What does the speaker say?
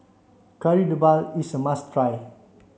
Kari Debal is a must try